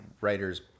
writer's